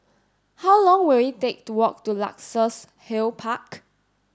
how long will it take to walk to Luxus Hill Park